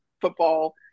football